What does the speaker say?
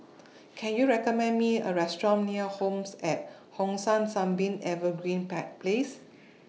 Can YOU recommend Me A Restaurant near Home At Hong San Sunbeam Evergreen Place